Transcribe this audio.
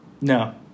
no